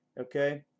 Okay